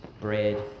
bread